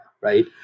right